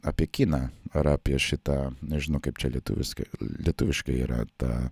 apie kiną ar apie šitą nežinau kaip čia lietuviskai lietuviškai yra ta